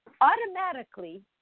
automatically